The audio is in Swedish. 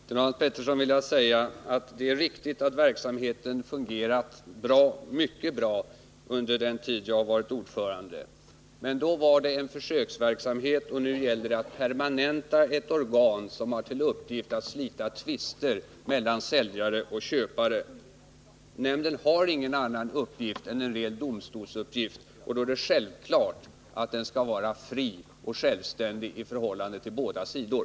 Herr talman! Till Hans Petersson i Hallstahammar vill jag säga att det är riktigt att verksamheten fungerat mycket bra under den tid som jag varit ordförande, men förut var det en försöksverksamhet. Nu gäller det emellertid att permanenta ett organ som har till uppgift att slita tvister mellan säljare och köpare. Nämnden har ingen annan uppgift än en ren domstolsuppgift, och då är det självklart att den skall vara fri och självständig i förhållande till båda sidor.